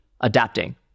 adapting